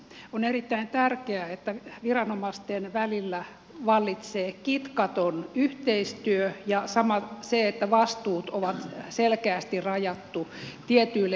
on erittäin tärkeää että viranomaisten välillä vallitsee kitkaton yhteistyö ja samoin se että vastuut on selkeästi rajattu tietyille henkilöille